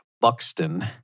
Buxton